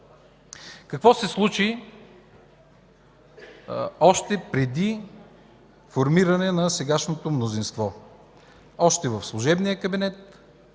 Какво се случи още преди формиране на сегашното мнозинство? Още в служебния кабинет,